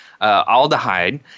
aldehyde